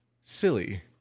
silly